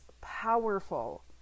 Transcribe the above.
powerful